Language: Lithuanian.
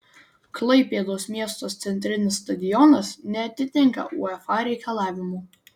klaipėdos miesto centrinis stadionas neatitinka uefa reikalavimų